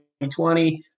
2020